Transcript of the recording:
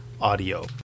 audio